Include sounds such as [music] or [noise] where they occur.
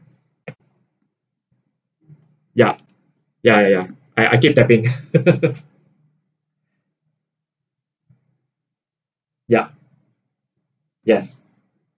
ya ya ya I I keep tapping [laughs] yup yes